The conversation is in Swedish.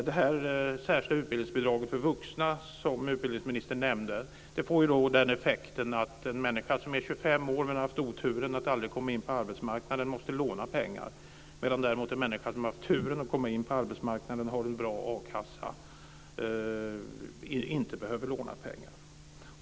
Det särskilda utbildningsbidraget för vuxna, som utbildningsministern nämnde, får effekten att en människa som är 25 år men som har haft oturen att aldrig komma in på arbetsmarknaden måste låna pengar, medan däremot en människa som har haft turen att komma in på arbetsmarknaden och har en bra a-kassa inte behöver låna pengar.